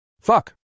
Fuck